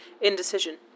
indecision